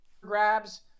grabs